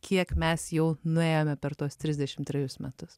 kiek mes jau nuėjome per tuos trisdešimt trejus metus